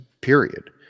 Period